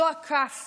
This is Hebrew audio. זו הכ"ף